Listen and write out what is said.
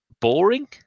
boring